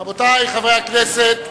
רבותי חברי הכנסת,